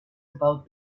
about